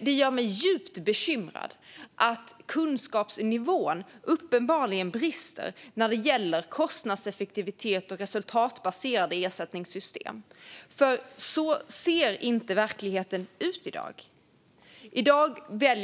Det gör mig dock djupt bekymrad att kunskapsnivån uppenbarligen brister när det gäller kostnadseffektivitet och resultatbaserade ersättningssystem. Så där ser verkligheten inte ut i dag.